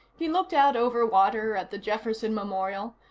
he looked out over water at the jefferson memorial,